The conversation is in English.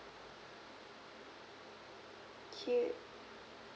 okay